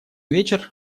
вечер